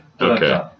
Okay